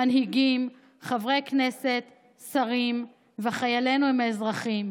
מנהיגים, חברי כנסת, שרים, וחיילינו הם האזרחים.